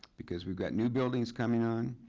because we've got new buildings coming on.